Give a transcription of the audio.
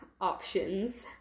options